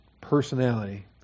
personality